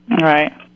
Right